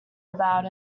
about